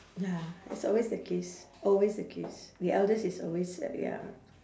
ya it's always the case always the case the eldest is always uh ya